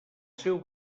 seu